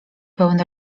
pełen